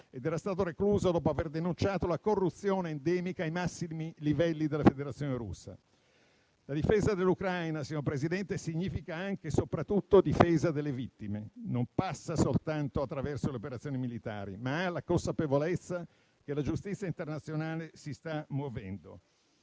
vi era stato recluso dopo aver denunciato la corruzione endemica ai massimi livelli della Federazione Russa. La difesa dell'Ucraina, signor Presidente, significa anche soprattutto difesa delle vittime: non passa soltanto attraverso le operazioni militari, ma alla consapevolezza che la giustizia internazionale si sta muovendo.